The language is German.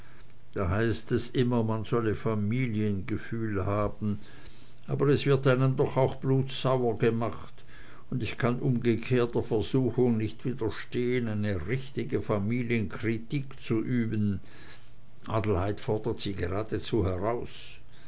da heißt es immer man solle familiengefühl haben aber es wird einem doch auch zu blutsauer gemacht und ich kann umgekehrt der versuchung nicht widerstehen eine richtige familienkritik zu üben adelheid fordert sie geradezu heraus